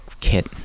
kit